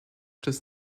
this